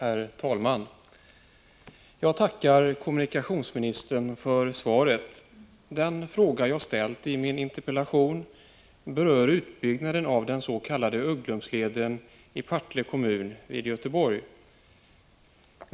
Herr talman! Jag tackar kommunikationsministern för svaret. Den fråga som jag har ställt i min interpellation berör utbyggnaden av den s.k. Ugglumsleden i Partille kommun intill Göteborg.